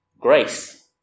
grace